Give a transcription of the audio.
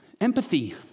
Empathy